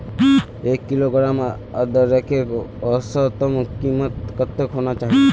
एक किलोग्राम अदरकेर औसतन कीमत कतेक होना चही?